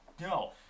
No